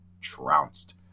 trounced